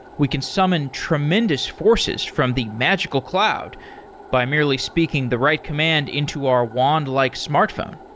we can summon tremendous forces from the magical cloud by merely speaking the right command into our wand-like smartphone.